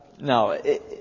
no